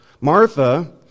Martha